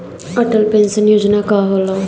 Atal pension योजना का होला?